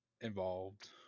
Involved